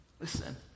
Listen